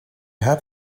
have